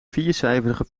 viercijferige